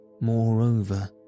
Moreover